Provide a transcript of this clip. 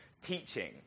teaching